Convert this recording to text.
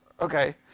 Okay